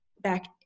back